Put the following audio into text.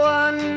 one